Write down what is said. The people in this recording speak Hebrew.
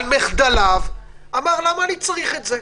על מחדליו אמר: למה אני צריך את זה?